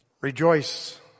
Rejoice